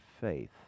faith